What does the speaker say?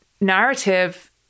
narrative